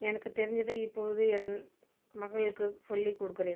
எனக்கு தெரிஞ்சதை இப்பொழுது என் மகளுக்கு சொல்லிக் கொடுக்குறேன்